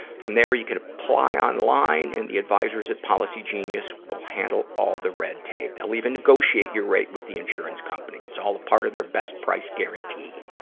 from there, you can apply online and the advisors at policygenius will handle all the red tape. they'll even negotiate your rate with the insurance company. it's all a part of their best price guarantee.